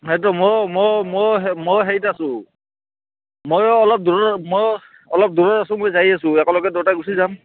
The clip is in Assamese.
সেইটো ময়ো ময়ো মই ময়ো হেৰিতে আছোঁ মইয়ো অলপ দূৰত মইও অলপ দূৰত আছোঁ মই যাই আছোঁ একেলগে দুয়োটাই গুচি যাম